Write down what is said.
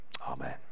Amen